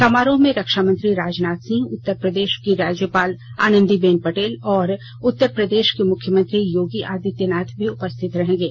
समारोह में रक्षा मंत्री राजनाथ सिंह उत्तर प्रदेश की राज्यपाल आनंदीबेन पटेल और उत्तर प्रदेश के मुख्यमंत्री योगी आदित्यकनाथ भी उपस्थित रहेंगे